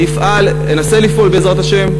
אני אפעל, אנסה לפעול, בעזרת השם: